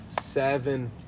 Seven